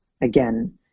again